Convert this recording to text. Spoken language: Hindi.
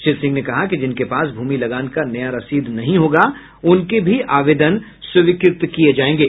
श्री सिंह ने कहा कि जिनके पास भूमि लगान का नया रसीद नहीं होगा उनके भी आवेदन स्वीकृत किये जायेंगे